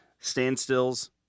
standstills